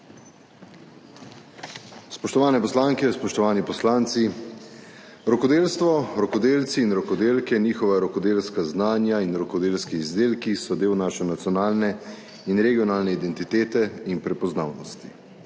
Spoštovane poslanke, spoštovani poslanci! Rokodelstvo, rokodelci in rokodelke, njihova rokodelska znanja in rokodelski izdelki so del naše nacionalne in regionalne identitete in prepoznavnosti.